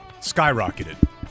Skyrocketed